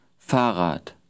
Fahrrad